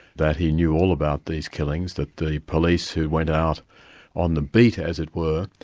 that he knew all about these killings, that the police who went out on the beat, as it were,